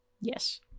yes